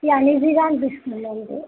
అన్ఈజీగా అనిపిస్తుంది అంతే